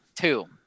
two